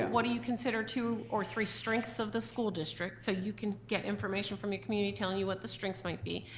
what do you consider two or three strengths of the school district, so you can get information from your community telling you what the strengths might be.